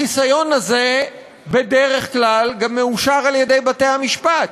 החיסיון הזה בדרך כלל גם מאושר על-ידי בתי-המשפט.